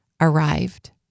arrived